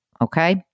Okay